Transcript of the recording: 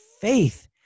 faith